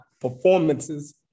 performances